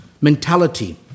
mentality